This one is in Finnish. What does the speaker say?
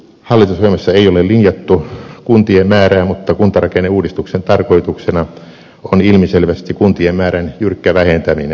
hallitusohjelmassa ei ole linjattu kuntien määrää mutta kuntarakenneuudistuksen tarkoituksena on ilmiselvästi kuntien määrän jyrkkä vähentäminen